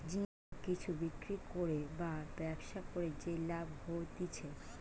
জিনিস বা কিছু বিক্রি করে বা ব্যবসা করে যে লাভ হতিছে